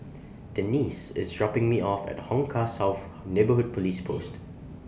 Denisse IS dropping Me off At Hong Kah South Neighbourhood Police Post